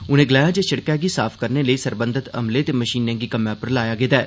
उनें गलाया जे सिड़कै गी साफ करने लेई सरबंधत अमले ते मशीनें गी कम्मै पर लाई दिता गेदा ऐ